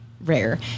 rare